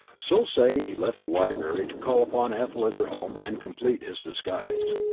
so saying, he left the library to call upon ethel at her home and complete his disguise.